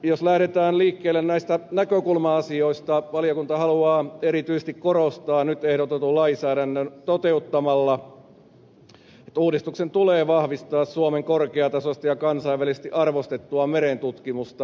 jos lähdetään liikkeelle näistä näkökulma asioista valiokunta haluaa erityisesti korostaa nyt ehdotetun lainsäädännön toteuttamalla että uudistuksen tulee vahvistaa suomen korkeatasoista ja kansainvälisesti arvostettua merentutkimusta